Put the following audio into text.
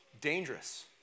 dangerous